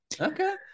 Okay